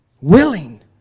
Willing